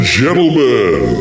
gentlemen